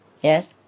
yes